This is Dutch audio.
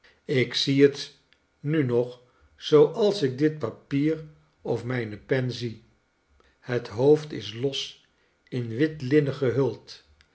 ik zie het nu nog zooals ik dit papier of mijne pen zie het hoofd is los in wit linnen gehuld